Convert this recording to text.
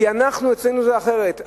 אצלנו זה אחרת.